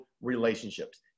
relationships